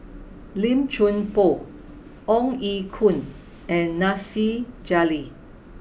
Lim Chuan Poh Ong Ye Kung and Nasir Jalil